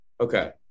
okay